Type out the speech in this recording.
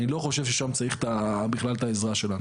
אני לא חושב ששם בכלל צריך את העזרה שלנו.